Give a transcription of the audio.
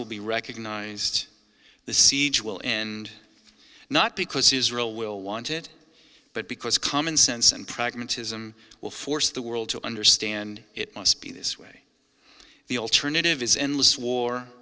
will be recognized the siege will end not because israel will want it but because common sense and pragmatism will force the world to understand it must be this way the alternative is endless war